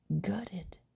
gutted